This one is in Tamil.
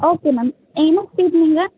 ஓகே மேம் என்ன ஸ்டீட் நீங்கள்